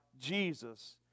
Jesus